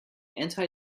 anti